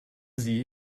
sie